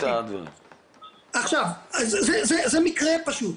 זה מקרה פשוט.